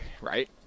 right